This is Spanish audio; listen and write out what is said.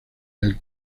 del